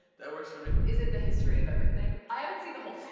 that works for me. is it the history of everything? i haven't seen the whole thing,